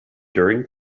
during